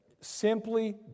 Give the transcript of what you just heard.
Simply